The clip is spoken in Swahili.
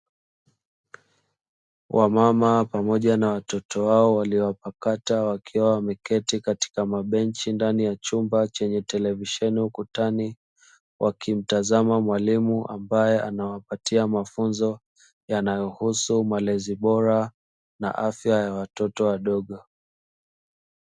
Wamama pamoja na watoto wao walio wapakata wakiwa wamekaa katika mabenchi ndani ya chumba chenye televisheni ukutani, wakimtazama mwalimu ambae anawapatia mafunzo yanayo husu malezi bora na afya ya watoto wadogo.